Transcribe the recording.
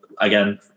again